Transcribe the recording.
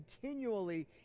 continually